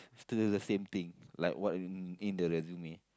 still do the same thing like what in in the resume